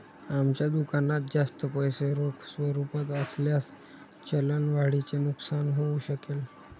आमच्या दुकानात जास्त पैसे रोख स्वरूपात असल्यास चलन वाढीचे नुकसान होऊ शकेल